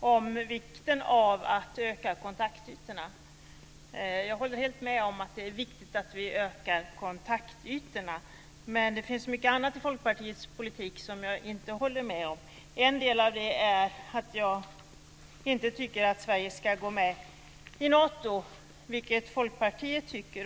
om vikten av att öka kontaktytorna. Jag håller helt med om att det är viktigt att vi ökar kontaktytorna, men det finns mycket annat i Folkpartiets politik som jag inte håller med om. En del av det är att jag inte tycker att Sverige ska gå med Nato, vilket Folkpartiet tycker.